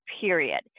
period